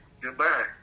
Goodbye